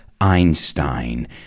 Einstein